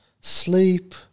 sleep